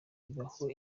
ibaho